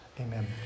Amen